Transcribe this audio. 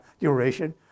duration